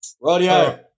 Radio